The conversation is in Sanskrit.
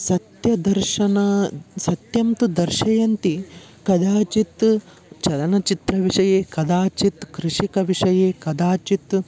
सत्यदर्शनं सत्यं तु दर्शयन्ति कदाचित् चलनचित्रविषये कदाचित् कृषिविषये कदाचित्